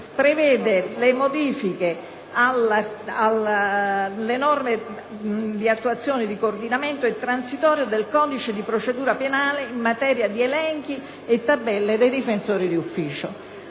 prevede delle modifiche alle norme di attuazione, di coordinamento e transitorie del codice di procedura penale in materia di elenchi e tabelle dei difensori d'ufficio.